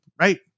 right